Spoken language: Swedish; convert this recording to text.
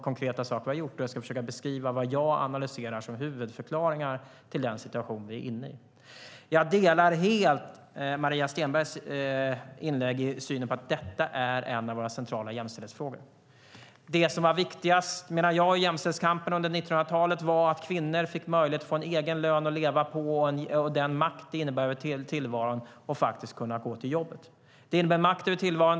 Jag ska försöka beskriva vad jag ser som huvudförklaringar till denna situation. Jag delar helt Maria Stenbergs syn att detta är en av våra centrala jämställdhetsfrågor. Det som var viktigast under jämställdhetskampen under 1900-talet var att kvinnor fick möjlighet att gå till ett jobb och få en egen lön att leva på och därigenom makt över sin tillvaro.